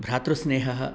भ्रातृस्नेहः